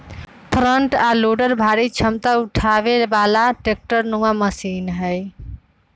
front आ loader भारी क्षमता उठाबे बला ट्रैक्टर नुमा मशीन हई